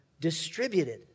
distributed